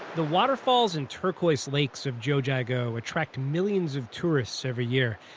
the waterfalls and turquoise lakes of jiuzhaigou attract millions of tourists every year.